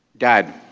dad,